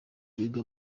wiga